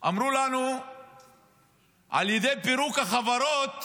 אמרו לנו שעל ידי פירוק החברות